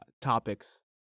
topics